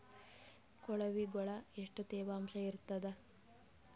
ಕೊಳವಿಗೊಳ ಎಷ್ಟು ತೇವಾಂಶ ಇರ್ತಾದ?